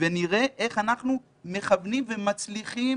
ונראה איך אנחנו מכוונים ומצליחים